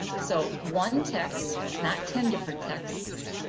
so one text, not ten different texts.